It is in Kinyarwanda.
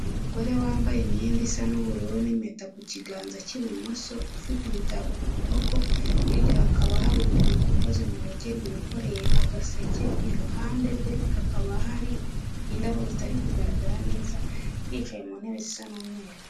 Umugore wambaye imyenda isa nu'ubururu n'impeta ku kiganza cy'ibumoso, ufite umutako ku kuboko hirya hakaba hari umuntu ukoze mu bugeni wikoreye agaseke, iruhande rwe hakaba hari indabo zitari kugaragara neza. Yicaye mu ntebe zisa n'umweru.